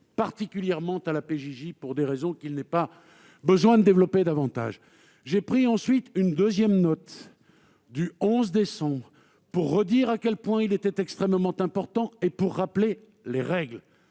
particulièrement à la PJJ, pour des raisons qu'il n'est pas besoin de développer davantage. J'ai rédigé ensuite une deuxième note, en date du 11 décembre 2020, pour redire à quel point la laïcité était importante et pour rappeler les règles.